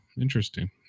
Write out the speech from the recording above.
Interesting